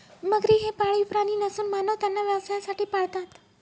मगरी हे पाळीव प्राणी नसून मानव त्यांना व्यवसायासाठी पाळतात